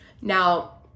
Now